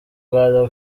rwa